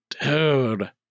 Dude